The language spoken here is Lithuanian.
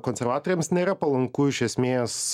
konservatoriams nėra palanku iš esmės